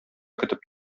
көтеп